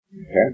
Okay